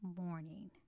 morning